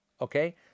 Okay